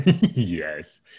yes